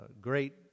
great